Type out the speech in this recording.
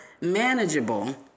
manageable